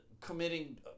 committing